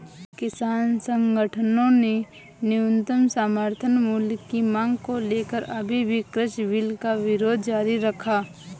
किसान संगठनों ने न्यूनतम समर्थन मूल्य की मांग को लेकर अभी भी कृषि बिल का विरोध जारी रखा है